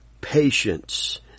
patience